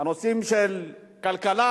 הנושאים של הכלכלה,